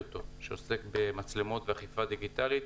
אותו שעוסק במצלמות ואכיפה דיגיטלית,